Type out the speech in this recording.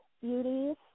Beauties